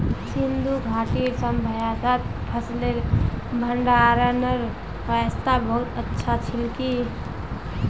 सिंधु घाटीर सभय्तात फसलेर भंडारनेर व्यवस्था बहुत अच्छा छिल की